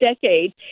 decade